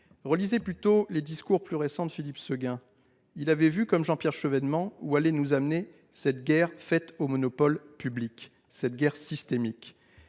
relire plutôt les discours, plus récents, de Philippe Séguin. Il avait vu, comme Jean Pierre Chevènement, où allait nous amener cette guerre faite aux monopoles publics, cette guerre systémique.